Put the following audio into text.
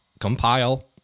compile